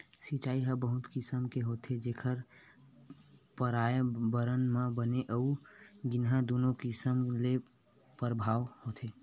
सिचई ह बहुत किसम ले होथे जेखर परयाबरन म बने अउ गिनहा दुनो किसम ले परभाव होथे